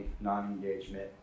non-engagement